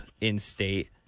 in-state